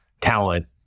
talent